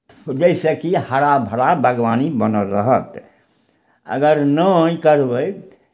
जाहिसँ की हरा भरा बागवानी बनल रहत अगर नहि करबै